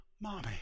Mommy